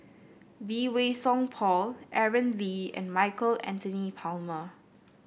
Lee Wei Song Paul Aaron Lee and Michael Anthony Palmer